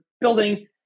building